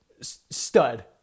stud